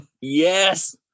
yes